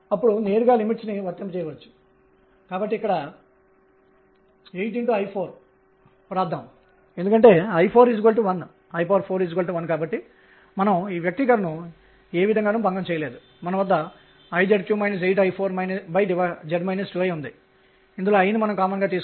అప్పుడు pr అనేది ∂E∂ṙ గా నిర్వచించబడుతుంది ఇది mṙ గా వస్తుంది అలాగే pఅనేది ∂E ϕ ̇ గా నిర్వచించబడుతుంది ఇది mr2ϕ ̇ గా వస్తుంది